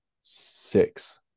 Six